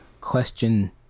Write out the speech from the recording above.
question